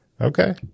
Okay